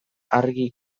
argi